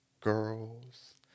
girls